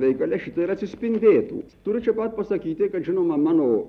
veikale šitai ir atsispindėtų turiu čia pat pasakyti kad žinoma mano